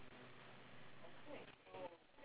so um